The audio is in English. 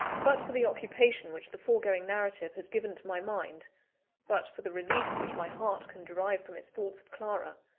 but for the occupation which the foregoing narrative has given to my mind but for the relief which my heart can derive from its thoughts of clara,